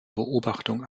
beobachtung